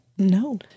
no